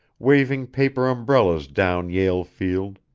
waving paper umbrellas down yale field